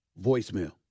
Voicemail